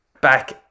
back